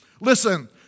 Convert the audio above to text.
Listen